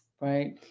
Right